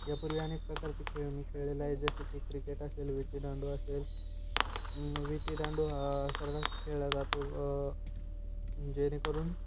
यापूर्वी अनेक प्रकारचे खेळ मी खेळलेलो आहे जसे की क्रिकेट असेल विट्टीदांडू असेल विट्टीदांडू हा सर्रास खेळला जातो जेणेकरून